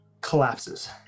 collapses